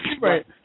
Right